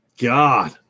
God